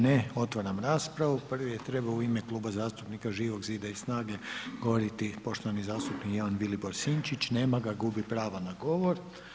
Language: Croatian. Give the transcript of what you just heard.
Ne, otvaram raspravu, prvi je trebao u ime Kluba zastupnika Živog zida i SNAGE govoriti poštovani zastupnik Ivan Vilibor Sinčić, nema ga, gubi pravo na govor.